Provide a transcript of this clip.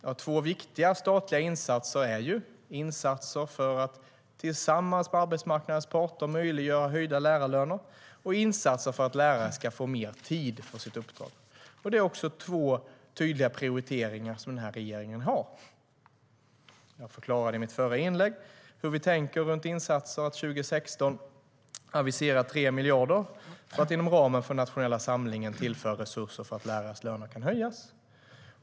Ja, två viktiga statliga insatser är insatsen för att tillsammans med arbetsmarknadens parter möjliggöra höjda lärarlöner och insatsen för att lärare ska få mer tid för sitt uppdrag. Det är också två tydliga prioriteringar som denna regering har. Jag förklarade i mitt förra inlägg hur vi tänker runt insatsen att 2016 avisera 3 miljarder för att inom ramen för den nationella samlingen tillföra resurser så att lärares löner kan höjas.